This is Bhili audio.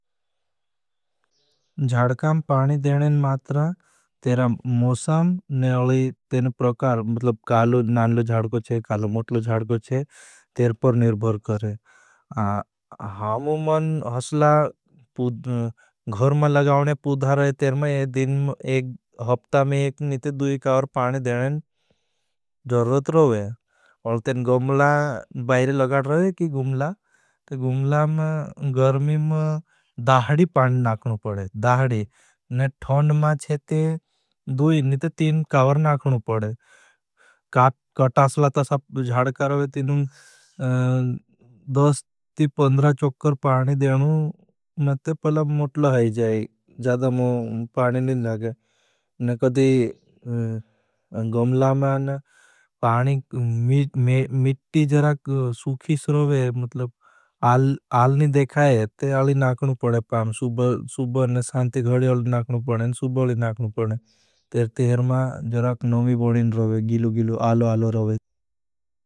जाड़कां पानी देनें मात्रा तेरा मौसम ने अलई तेरा प्रकार, मतलब कालो नानलो जाड़को चे। कालो मोटलो जाड़को चे, तेर पर निर्भर करें। हामु मन हसला गहर में लगावने पूधा रहे, तेर में एक हफ़ता में एक निते दुई कावर पानी देनें जरूरत रहे। अल तें गुमला बाईरे लगाड रहे की गुमला, ते गुमला में गर्मी में दाहडी पानी नाखनू पड़े। दाहडी, निते थौंड मा चेते द ती पंधरा चोकर पानी देनू, मैंते पहला मोटला है जाए। जादा मौं पानी नहीं लगे। न कदी गुमला में मिट्टी जरक सुखी सरोवे, आल नहीं देखाये। ते आली नाखनू पड़े पाम, सुब औली नाखनू पड़े, सुब औली नाखनू पड़े, तेर तेर मा जरक नोवी बोड़ें रोवे, गीलो गीलो, आलो आलो रोवे।